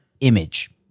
image